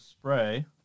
Spray